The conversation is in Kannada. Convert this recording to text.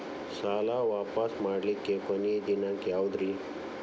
ಸಾಲಾ ವಾಪಸ್ ಮಾಡ್ಲಿಕ್ಕೆ ಕೊನಿ ದಿನಾಂಕ ಯಾವುದ್ರಿ?